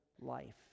life